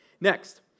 Next